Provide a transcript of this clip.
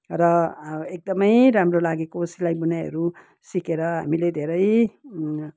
र एकदमै राम्रो लागेको सिलाइ बुनाइहरू सिकेर हामीले धेरै